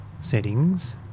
settings